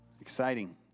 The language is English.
Exciting